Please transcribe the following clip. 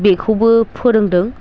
बेखौबो फोरोंदों